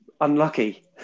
unlucky